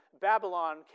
Babylon